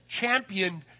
championed